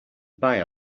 buy